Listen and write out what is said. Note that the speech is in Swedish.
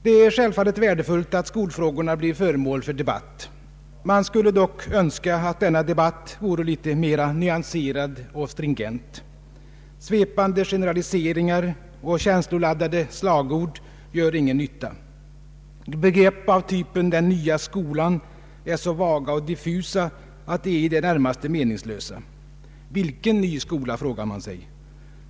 Det är självfallet värdefullt att skolfrågorna blir föremål för en debatt. Man skulle dock önska att denna debatt vore litet mer nyanserad och stringent. Svepande generaliseringar och känsloladdade slagord gör ingen nytta. Begrepp av typen ”den nya skolan” är så vaga och diffusa att de i det närmaste är meningslösa. Vilken ny skola, frågar man sig.